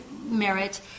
merit